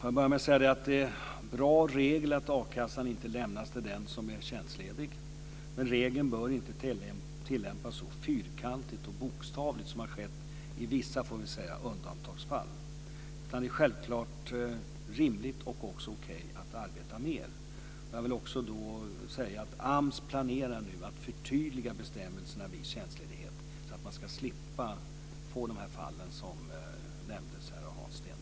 Fru talman! Det är en bra regel att a-kassa inte lämnas till den som är tjänstledig, men regeln bör inte tillämpas så fyrkantigt och bokstavligt som har skett i vissa undantagsfall. Det är självklart rimligt och okej att arbeta mer. Jag vill också säga att AMS planerar att förtydliga bestämmelserna vid tjänstledighet, så att man ska slippa få dessa fall som har nämnts här av